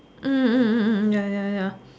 mm mm mm ya ya ya